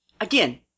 Again